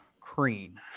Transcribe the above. Crean